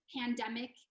pandemic